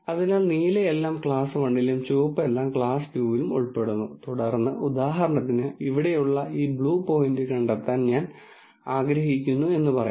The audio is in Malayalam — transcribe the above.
അതിനാൽ നീല എല്ലാം ക്ലാസ് 1 ലും ചുവപ്പ് എല്ലാം ക്ലാസ് 2 ലും ഉൾപ്പെടുന്നു തുടർന്ന് ഉദാഹരണത്തിന്ഇവിടെയുള്ള ഈ ബ്ലൂ പോയിന്റ് കണ്ടെത്താൻ ഞാൻ ആഗ്രഹിക്കുന്നു എന്ന് പറയാം